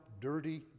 dirty